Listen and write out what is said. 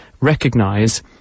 recognize